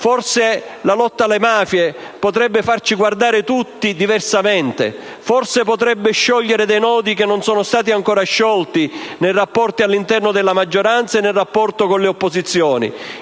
Forse la lotta alle mafie potrebbe farci guardare tutti diversamente; forse potrebbe sciogliere dei nodi ancora irrisolti nei rapporti all'interno della maggioranza e con le opposizioni.